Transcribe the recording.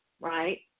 Right